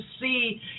see